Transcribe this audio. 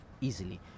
easily